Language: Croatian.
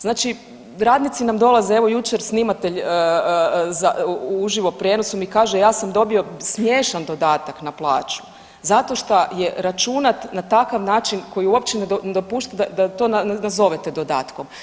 Znači radnici nam dolaze, evo jučer snimatelj uživo u prijenosu mi kaže ja sam dobio smiješan dodatak na plaću zato šta je računat na takav način koji uopće ne dopušta da to nazovete dodatkom.